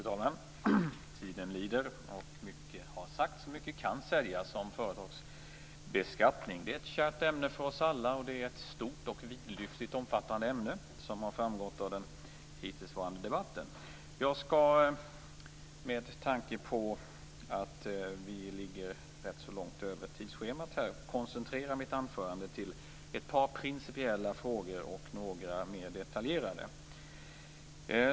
Fru talman! Tiden lider, och mycket har sagts och mycket kan sägas om företagsbeskattning. Det är ett kärt ämne för oss alla. Det är stort, vidlyftigt och omfattande, som har framgått av den hittillsvarande debatten. Jag skall med tanke på att vi ligger ganska långt efter i tidsschemat koncentrera mitt anförande till ett par principiella frågor och några mer detaljerade.